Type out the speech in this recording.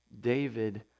David